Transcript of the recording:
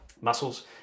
muscles